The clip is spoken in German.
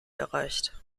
erreicht